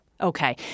okay